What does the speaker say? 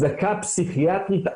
זאת המחויבות שלי בקריאת החירום הזו.